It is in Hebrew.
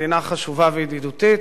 מדינה חשובה וידידותית,